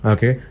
Okay